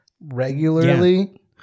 regularly